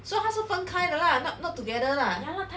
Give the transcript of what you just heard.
so 他是是分开的 lah not not together lah